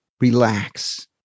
relax